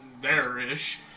there-ish